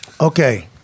Okay